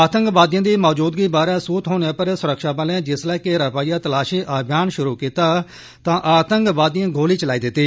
आतंकवादिए दी मौजूदगी बारै सूह थ्होने पर सुरक्षा बले जिसलै घेरा पाइयै तलाशी अभियान रम्म कीता तां आतंकवादिए गोली चलाई दित्तियां